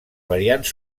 variants